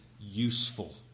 useful